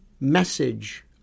message